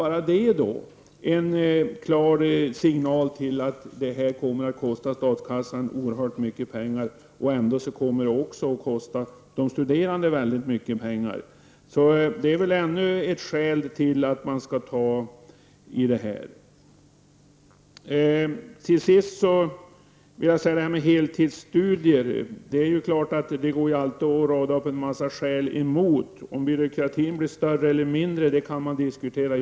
Bara det är en klar signal om att detta kommer att kosta statskassan oerhört mycket pengar, och det kommer ändå att kosta de studerande väldigt mycket. Detta är ännu ett skäl till att man bör se över detta. När det sedan gäller frågan om slopad prövning av rätt till studiemedel vid heltidsstudier vill jag slutligen säga att det alltid går att rada upp en mängd skäl mot detta. Om byråkratin blir större eller mindre kan diskuteras.